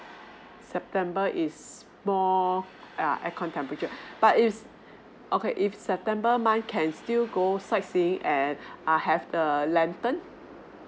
september is more err air-con temperature but is okay if september may I can still go sightseeing and err have the lantern